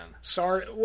Sorry